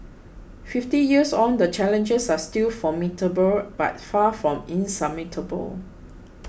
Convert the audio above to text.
fifty years on the challenges are still formidable but far from insurmountable